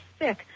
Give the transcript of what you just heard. sick